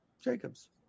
Jacobs